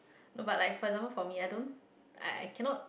no but like for example for me I don't I I cannot